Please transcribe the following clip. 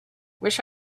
wish